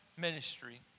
ministry